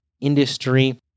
industry